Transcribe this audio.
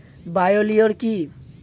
Bio lure কি?